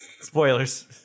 spoilers